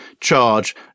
charge